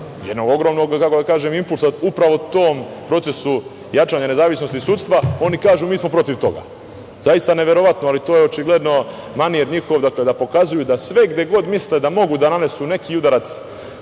jednog ogromnog, kako da kažem, impulsa upravo tom procesu jačanja nezavisnosti sudstva, oni kažu - mi smo protiv toga. Zaista neverovatno, ali to je očigledno njihov manir da pokazuju da sve gde god misle da mogu da nanesu neki udarac